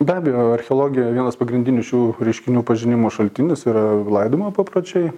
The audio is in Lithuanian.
be abejo archeologijoj vienas pagrindinių šių reiškinių pažinimo šaltinis yra laidojimo papročiai